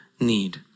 need